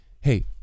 hey